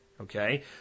Okay